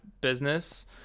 business